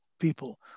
people